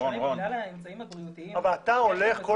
--- המודל כמו שהוא בגלל האמצעים הבריאותיים.